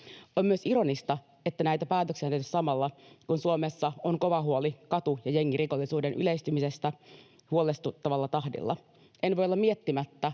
On myös ironista, että näitä päätöksiä on tehty samalla, kun Suomessa on kova huoli katu‑ ja jengirikollisuuden yleistymisestä huolestuttavalla tahdilla. En voi olla miettimättä,